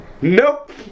Nope